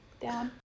down